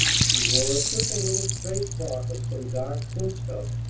she wore a simple little straight frock of some dark silk stuff,